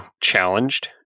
challenged